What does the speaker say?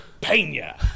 Pena